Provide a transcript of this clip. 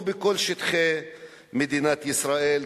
או בכל שטחי מדינת ישראל,